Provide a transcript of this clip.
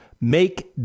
Make